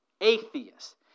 Atheist